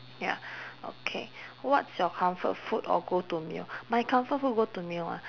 ya okay what's your comfort food or go to meal my comfort food go to meal ah